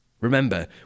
Remember